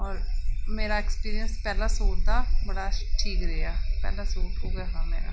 और मेरा एक्सपिरियंस पैह्ला सूट दा बड़ा ठीक रेहा पैह्ला सूट उ'ऐ हा मेरा